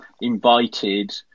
invited